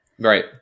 Right